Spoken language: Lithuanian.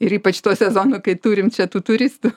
ir ypač tuo sezonu kai turim čia tų turistų